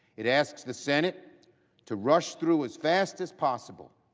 it asks the senate to rush through as fast as possible,